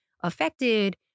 affected